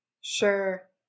Sure